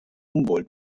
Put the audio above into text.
humboldt